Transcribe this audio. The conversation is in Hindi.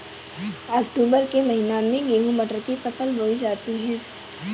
अक्टूबर के महीना में गेहूँ मटर की फसल बोई जाती है